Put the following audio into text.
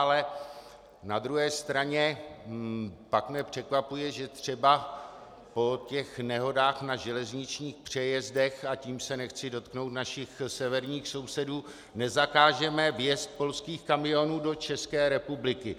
Ale na druhé straně pak mě překvapuje, že třeba po nehodách na železničních přejezdech, a tím se nechci dotknout našich severních sousedů, nezakážeme vjezd polských kamionů do České republiky.